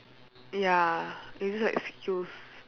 ya it's just excuse